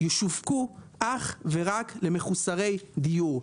ישווקו אך ורק למחוסרי דיור.